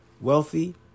wealthy